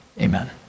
Amen